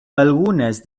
algunes